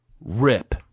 rip